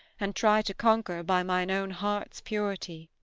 and try to conquer by mine own heart's purity.